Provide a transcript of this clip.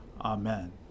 Amen